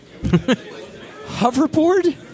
Hoverboard